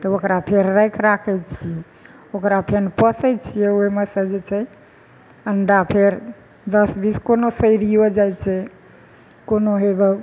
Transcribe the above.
तऽ ओकरा फेर राखि राखै छियै ओकरा फेर पोसै छियै ओहिमे सँ जे छै अंडा फेर दस बीस कोनो सैरीयो जाइ छै कोनो हेवए